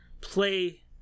play